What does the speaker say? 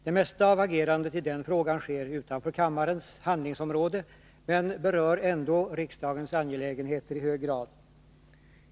Det mesta av agerandet i den frågan sker utanför kammarens handlingsområde men berör ändå riksdagens angelägenheter i hög grad.